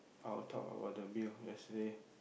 I'll talk about the bill yesterday